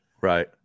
Right